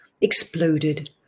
exploded